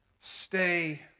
Stay